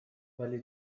ولی